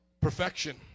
Perfection